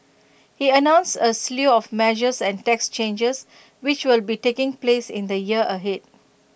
he announced A slew of measures and tax changes which will be taking place in the year ahead